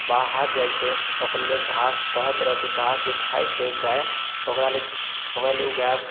बाहर जाइछै ओकरा लऽ घास तरह तरहके घास जे खाइ छै गाय ओकरालऽ ओकरा लऽ ओ घास